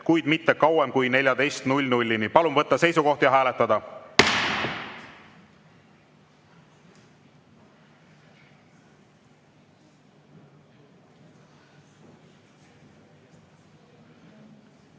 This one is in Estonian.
kuid mitte kauem kui kella 14‑ni. Palun võtta seisukoht ja hääletada!